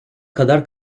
kadar